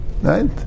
Right